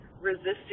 resisting